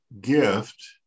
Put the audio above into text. gift